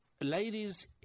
ladies